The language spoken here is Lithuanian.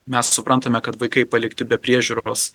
mes suprantame kad vaikai palikti be priežiūros